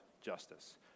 justice